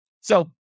So-